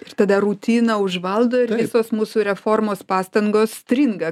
ir tada rutina užvaldo ir visos mūsų reformos pastangos stringa